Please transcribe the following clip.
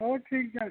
ᱦᱳᱭ ᱴᱷᱤᱠ ᱜᱮᱭᱟ